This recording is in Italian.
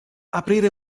aprire